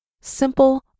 Simple